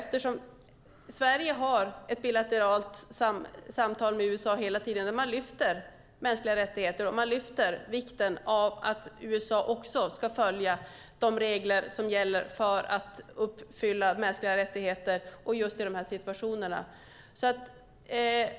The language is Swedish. Sverige har hela tiden ett bilateralt samtal med USA där man lyfter upp mänskliga rättigheter och lyfter upp vikten av att också USA ska följa de regler som gäller för att uppfylla mänskliga rättigheter just i dessa situationer.